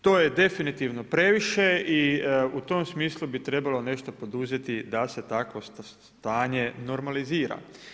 To je definitivno previše i u tom smislu bi trebalo nešto poduzeti da se takvo stanje normalizira.